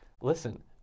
listen